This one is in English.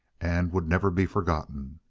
and would never be forgotten.